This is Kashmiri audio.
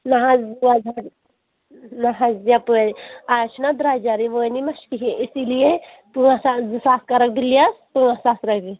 نہ حظ وٕچھ حظ نہ حظ یَپٲرۍ آز چھُنا درٛوٚجَر یِوٲنی مہ چھُ کِہیٖنۍ اِسی لیے پانٛژھ ساس زٕ ساس کَرَکھ بہٕ لیس ژور ساس رۄپیہِ